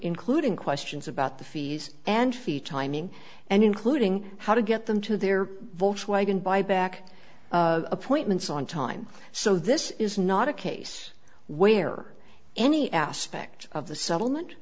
including questions about the fees and fee timing and including how to get them to their volkswagen buyback appointments on time so this is not a case where any aspect of the settlement